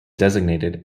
designated